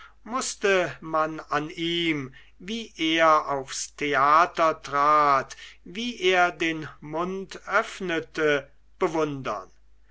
mußte man an ihm wie er aufs theater trat wie er den mund öffnete bewundern